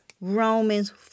Romans